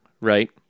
right